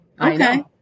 Okay